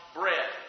bread